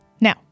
Now